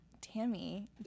Tammy